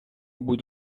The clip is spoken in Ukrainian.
будь